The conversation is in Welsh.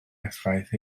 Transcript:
effaith